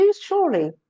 surely